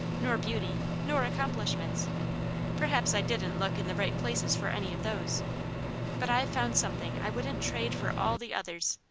nor beauty, nor accomplishments perhaps i didn't look in the right places for any of those but i've found something i wouldn't trade for all the others.